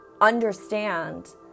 understand